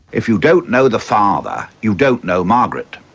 if you don't know the father, you don't know margaret.